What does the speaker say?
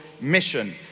mission